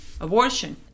abortion